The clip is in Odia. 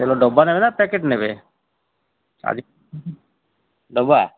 ତେଲ ଡବା ନେବେ ନା ପ୍ୟାକେଟ୍ ନେବେ ଡବା